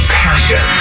passion